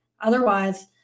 Otherwise